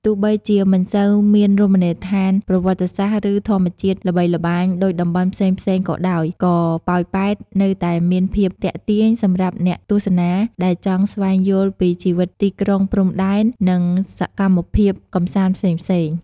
ទោះបីជាមិនសូវមានរមណីយដ្ឋានប្រវត្តិសាស្ត្រ ឬធម្មជាតិល្បីល្បាញដូចតំបន់ផ្សេងៗក៏ដោយ ក៏ប៉ោយប៉ែតនៅតែមានភាពទាក់ទាញសម្រាប់អ្នកទស្សនាដែលចង់ស្វែងយល់ពីជីវិតទីក្រុងព្រំដែន និងសកម្មភាពកម្សាន្តផ្សេងៗ។